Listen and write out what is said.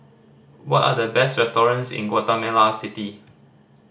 what are the best restaurants in Guatemala City